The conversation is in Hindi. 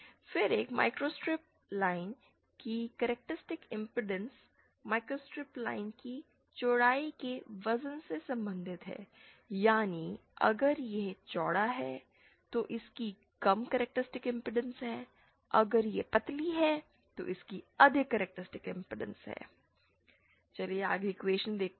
फिर एक माइक्रोस्ट्रिप लाइन की कैरेक्टरिस्टिक इंपेडेंस माइक्रोस्ट्रिप लाइन की चौड़ाई के वजन से संबंधित है यानी अगर यह चौड़ा है तो इसकी कम कैरेक्टरिस्टिक इंपेडेंस है अगर यह पतली है तो इसकी अधिक कैरेक्टरिस्टिक इंपेडेंस है